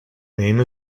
name